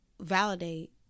validate